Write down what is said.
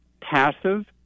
passive